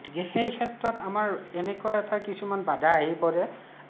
গতিকে সেই ক্ষেত্ৰত আমাৰ এনেকুৱা এটা কিছুমান বাধা আহি পৰে